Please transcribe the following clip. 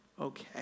okay